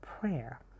prayer